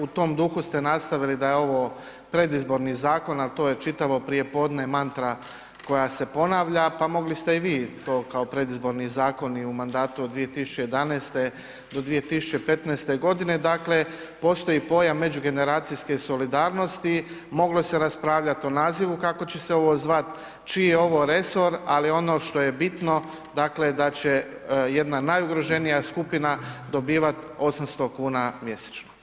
U tom duhu ste nastavili da je ovo predizborni zakon, al to je čitavo prijepodne mantra koja se ponavlja pa mogli ste i vi to kao predizborni zakon i u mandatu od 2011. do 2015. godine, dakle postoji pojam međugeneracijske solidarnosti, moglo se raspravljati o nazivu kako će se ovo zvat, čiji je ovo resor, ali ono što je bitno dakle da će jedna najugroženija skupina dobivati 800 kuna mjesečno.